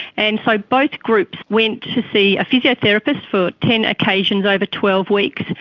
and so both groups went to see a physiotherapist for ten occasions over twelve weeks.